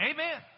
Amen